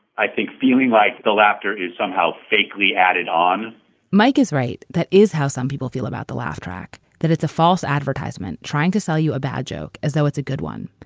i think, feeling like the laughter is somehow fakely added on mike is right. that is how some people feel about the laugh track that it's a false advertisement trying to sell you a bad joke as though it's a good one.